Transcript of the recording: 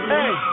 Hey